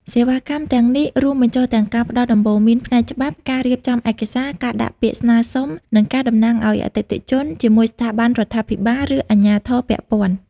សេវាកម្មទាំងនេះរួមបញ្ចូលទាំងការផ្តល់ដំបូន្មានផ្នែកច្បាប់ ការរៀបចំឯកសារ ការដាក់ពាក្យស្នើសុំ និងការតំណាងឱ្យអតិថិជនជាមួយស្ថាប័នរដ្ឋាភិបាល ឬអាជ្ញាធរពាក់ព័ន្ធ។